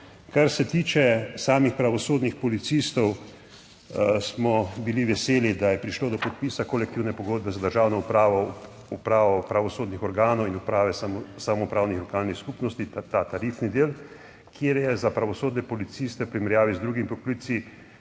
Kar se tiče samih pravosodnih policistov, smo bili veseli, da je prišlo do podpisa kolektivne pogodbe za državno upravo, upravo pravosodnih organov in Uprave samoupravnih lokalnih skupnosti, ta tarifni del, kjer je za pravosodne policiste v primerjavi z drugimi poklici